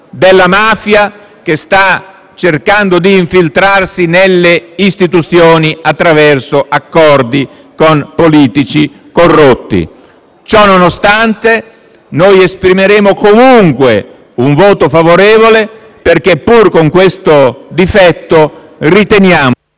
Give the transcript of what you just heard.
della mafia che sta cercando di infiltrarsi nelle istituzioni attraverso accordi con politici corrotti. Ciò nonostante, noi esprimeremo comunque un voto favorevole perché, pur con questo difetto, riteniamo